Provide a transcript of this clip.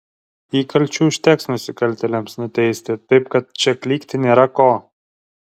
įkalčių užteks nusikaltėliams nuteisti taip kad čia klykti nėra ko